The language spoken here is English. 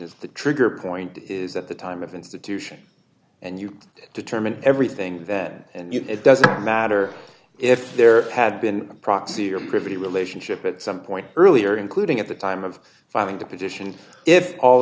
is the trigger point is at the time of institution and you determine everything that and it doesn't matter if there had been a proxy or privy relationship at some point earlier including at the time of filing the petition if all